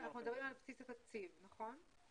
אנחנו מדברים על בסיס התקציב, נכון?